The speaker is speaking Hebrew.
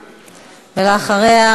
ואחריה,